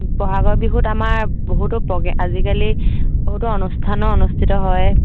বহাগৰ বিহুত আমাৰ বহুতো প্ৰগেম আজিকালি বহুতো অনুষ্ঠানৰ অনুষ্ঠিত হয়